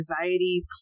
anxiety